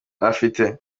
afite